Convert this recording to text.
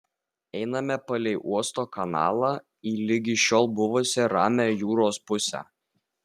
einame palei uosto kanalą į ligi šiol buvusią ramią jūros pusę